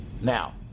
Now